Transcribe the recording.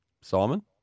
Simon